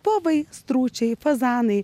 povai stručiai fazanai